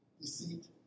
deceit